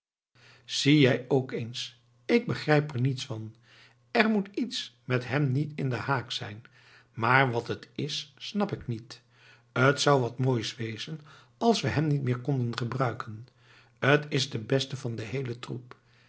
zie jij ook eens ik begrijp er niets van er moet iets met hem niet in den haak zijn maar wat het is snap ik niet t zou wat moois wezen als we hem niet meer konden gebruiken t is de beste van den heelen troep